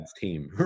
team